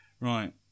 right